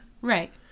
Right